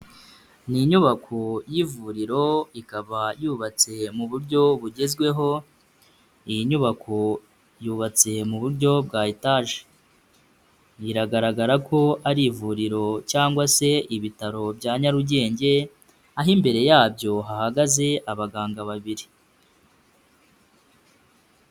Ni inyubako y'ivuriro ikaba yubatse mu buryo bugezweho, iyi nyubako yubatse mu buryo bwa etaje biragaragara ko ari ivuriro cyangwa se ibitaro bya Nyarugenge, aho imbere yabyo hahagaze abaganga babiri.